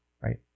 right